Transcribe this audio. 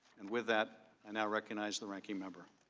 and with that, i now recognize the ranking member.